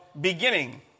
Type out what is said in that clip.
beginning